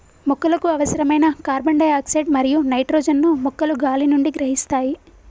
మొక్కలకు అవసరమైన carbon dioxide మరియు నైట్రోజన్ ను మొక్కలు గాలి నుండి గ్రహిస్తాయి